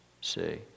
see